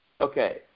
okay